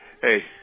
Hey